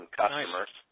customers